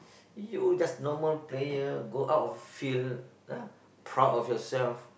you just normal player go out of field ah proud of yourself